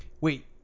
wait